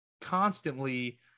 constantly